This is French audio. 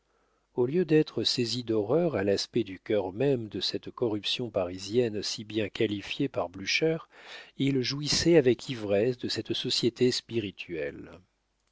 au lieu d'être saisi d'horreur à l'aspect du cœur même de cette corruption parisienne si bien qualifiée par blucher il jouissait avec ivresse de cette société spirituelle